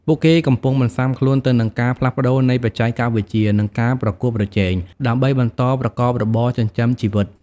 ពួកគេកំពុងបន្សាំខ្លួនទៅនឹងការផ្លាស់ប្ដូរនៃបច្ចេកវិទ្យា និងការប្រកួតប្រជែង ដើម្បីបន្តប្រកបរបរចិញ្ចឹមជីវិត។